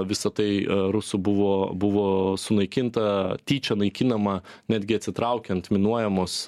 visa tai a rusų buvo buvo sunaikinta tyčia naikinama netgi atsitraukiant minuojamos